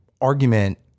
argument